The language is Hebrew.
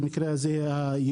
במקרה הזה היהודית.